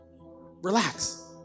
Relax